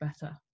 better